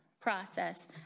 process